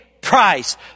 price